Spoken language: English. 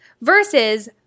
versus